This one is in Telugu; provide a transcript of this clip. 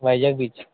వైజాగ్ బీచ్